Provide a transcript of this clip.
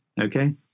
Okay